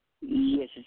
Yes